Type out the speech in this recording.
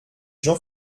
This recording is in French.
jean